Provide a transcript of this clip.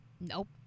Nope